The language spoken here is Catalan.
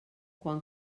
quan